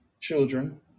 children